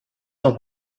noch